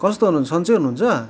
कस्तो हुनुहुन्छ सन्चै हुनुहुन्छ